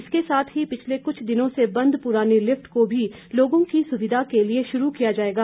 इसके साथ ही पिछले कुछ दिनों से बंद प्ररानी लिफ्ट को भी लोगों की सुविधा के लिए शुरू किया जाएगा